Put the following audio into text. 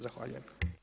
Zahvaljujem.